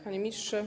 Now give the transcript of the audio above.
Panie Ministrze!